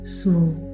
small